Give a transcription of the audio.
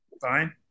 fine